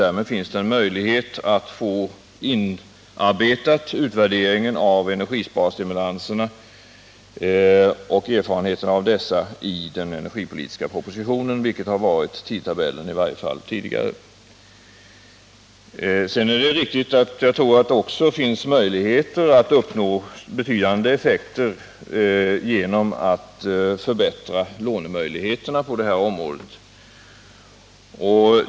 Därmed finns det en möjlighet att få utvärderingen av energisparstimulanserna och erfarenheterna av dessa inarbetade i den energipolitiska propositionen, vilket har varit tidtabellen — i varje fall tidigare. Sedan är det riktigt att det också finns möjligheter att uppnå betydande effekter genom att förbättra lånemöjligheterna på detta område.